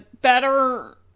better